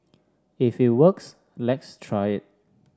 if it works let's try it